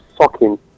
sucking